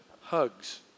hugs